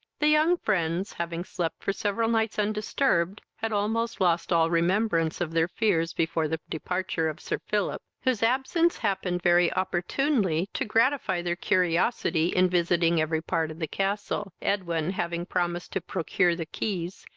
the young friends, having slept for several nights undisturbed, had almost lost all remembrance of their fears before the departure of sir philip, whose absence happened very opportunely to gratify their curiosity in visiting every part of the castle, edwin having promised to procure the keys,